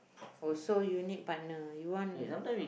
oh so you need partner you want